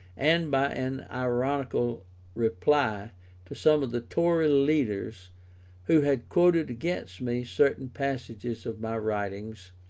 and by an ironical reply to some of the tory leaders who had quoted against me certain passages of my writings,